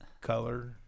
color